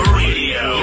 radio